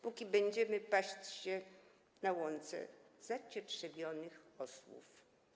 Póki będziemy paść się/ na łące zacietrzewionych osłów”